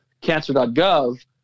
cancer.gov